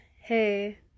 hey